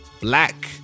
black